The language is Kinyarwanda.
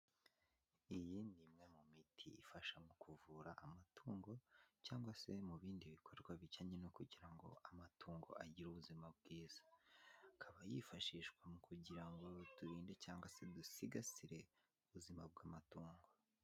Iyi ni imwe mu miti ifasha mu kuvura amatungo, cyangwa se mu bindi bikorwa bijyanye no kugira ngo amatungo agire ubuzima bwiza. Akaba yifashishwa kugira ngo turinde cyangwa se dusigasire ubuzima bw'amatungo.